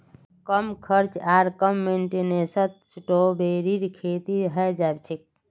कम खर्च आर कम मेंटेनेंसत स्ट्रॉबेरीर खेती हैं जाछेक